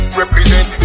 represent